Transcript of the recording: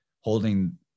holding